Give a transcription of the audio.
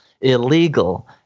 illegal